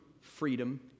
freedom